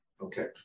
Okay